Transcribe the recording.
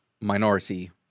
minority